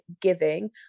giving